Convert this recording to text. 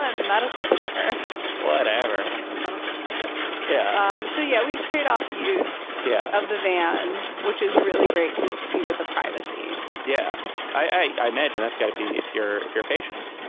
ah medical care whatever for medical care yeah. um so yeah we trade off use. yeah. of the van which is really great because you get the privacy yeah i imagine that's going to be if you're if you're patient.